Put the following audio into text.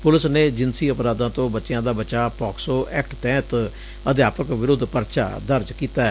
police ਨੇ ਜਿਨਸੀ ਅਪਰਾਧਾਂ ਤੋਂ ਬੱਚਿਆਂ ਦਾ ਬਚਾਅ ਪੋਕਸੋ ਐਕਟ ਤਹਿਤ ਅਧਿਆਪਕ ਵਿਰੁੱਧ ਪਰਚਾ ਦਰਜ ਕੀਤੈ